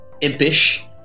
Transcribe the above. impish